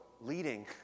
leading